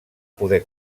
poder